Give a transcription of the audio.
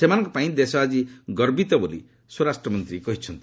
ସେମାନଙ୍କ ପାଇଁ ଦେଶ ଆଜି ଗର୍ବିତ ବୋଲି ସ୍ୱରାଷ୍ଟ୍ର ମନ୍ତ୍ରୀ କହିଚ୍ଛନ୍ତି